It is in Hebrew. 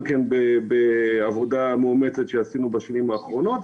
בעבודה מאומצת שעשינו בשנים האחרונות.